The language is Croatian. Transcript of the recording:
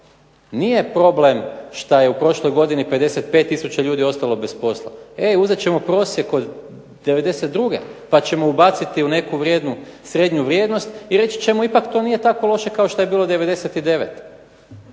Nije problem što je u prošloj godini 55 tisuća ljudi ostalo bez posla. E uzet ćemo prosjek od '92. pa ćemo ubaciti u neku vrijednu srednju vrijednost i reći ćemo ipak to nije tako loše kao što je bilo '99.-te.